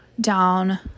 down